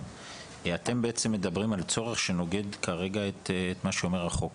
אתם בעצם מדברים על צורך שנוגד כרגע את מה שאומר החוק.